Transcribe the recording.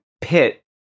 pit